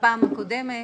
בפעם הקודמת